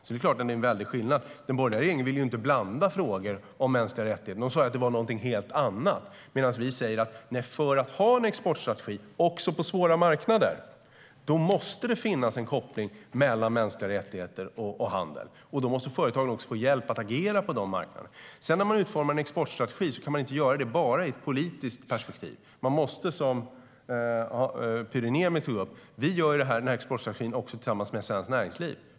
Det är klart att det är en väldig skillnad. Den borgerliga regeringen ville inte blanda in frågor om mänskliga rättigheter. De sa att det var någonting helt annat, medan vi säger att för att ha en exportstrategi också på svåra marknader måste det finnas en koppling mellan mänskliga rättigheter och handel. Då måste företagen också få hjälp att agera på de marknaderna. När man utformar en exportstrategi kan man inte göra det bara i ett politiskt perspektiv. Man måste göra som Pyry Niemi tog upp: Vi gör exportstrategin tillsammans med svenskt näringsliv.